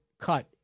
cut